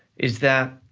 is that